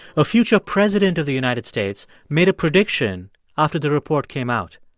a future president of the united states made a prediction after the report came out.